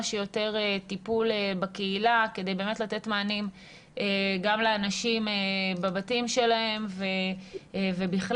שיותר טיפול בקהילה כדי לתת באמת מענים גם לאנשים בבתים שלהם ובכלל,